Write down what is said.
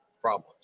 problems